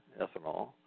ethanol